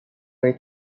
were